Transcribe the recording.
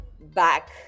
back